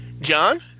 John